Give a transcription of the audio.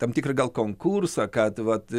tam tikrą gal konkursą kad vat